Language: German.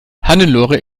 hannelore